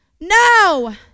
No